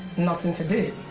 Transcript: nothing to do?